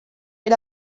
est